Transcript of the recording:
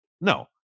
No